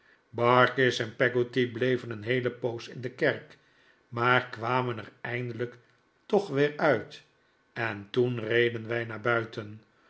barkis en peggotty bleven een heele poos in de kerk maar kwamen er eindelijk toch weer uit en toen reden wij naar buiten